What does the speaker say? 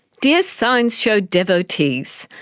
dear science show devotees,